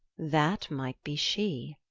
that might be she.